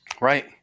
Right